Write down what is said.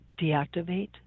Deactivate